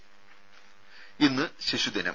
ടെട ഇന്ന് ശിശുദിനം